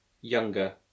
younger